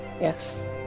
Yes